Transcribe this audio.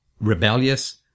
rebellious